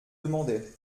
demandait